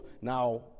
Now